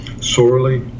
sorely